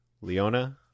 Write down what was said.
Leona